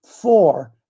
four